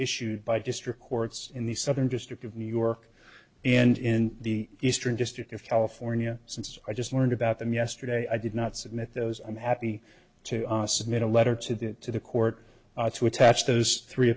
issued by district courts in the southern district of new york and in the eastern district of california since i just learned about them yesterday i did not submit those i'm happy to submit a letter to that to the court to attach those three